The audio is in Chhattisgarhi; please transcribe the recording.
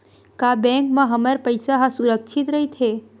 का बैंक म हमर पईसा ह सुरक्षित राइथे?